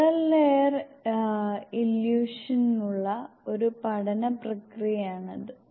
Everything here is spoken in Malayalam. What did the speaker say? മുള്ളർ ലയർ ഇല്യൂഷനുള്ള ഒരു പഠനപ്രക്രിയയാണ് ഇത്